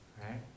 right